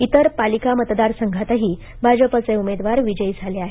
इतर पालिका मतदारसंघातही भाजपाचे उमेदवार विजयी झाले आहेत